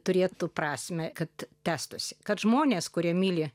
turėtų prasmę kad tęstųsi kad žmonės kurie myli